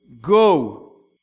go